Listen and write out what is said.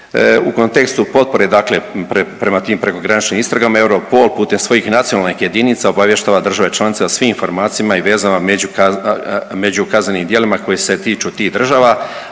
U kontekstu potpore, dakle prema tim prekograničnim istragama EUROPOL putem svojih nacionalnih jedinica obavještava države članice o svim informacijama i vezama među kaznenim djelima koje se tiču tih država,